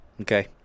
Okay